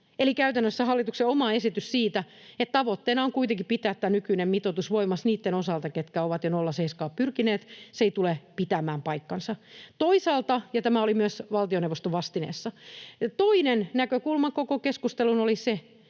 käytännössä hallituksen oma esitys siitä, että tavoitteena on kuitenkin pitää tämä nykyinen mitoitus voimassa niitten osalta, ketkä ovat jo 0,7:ään pyrkineet, ei tule pitämään paikkaansa — ja tämä oli myös valtioneuvoston vastineessa. Toisaalta toinen näkökulma koko keskusteluun oli se,